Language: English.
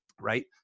right